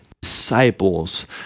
disciples